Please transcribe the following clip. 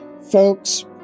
Folks